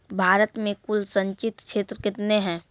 भारत मे कुल संचित क्षेत्र कितने हैं?